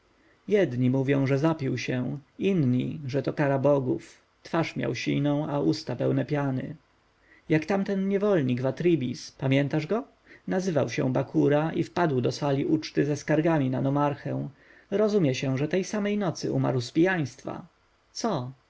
jedni mówią że zapił się drudzy że to kara bogów twarz miał siną a usta pełne piany jak tamten niewolnik w atribis pamiętasz go nazywał się bakura i wpadł do sali uczty ze skargami na nomarchę rozumie się że tej samej nocy umarł z pijaństwa co